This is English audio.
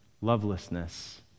lovelessness